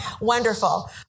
Wonderful